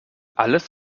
alles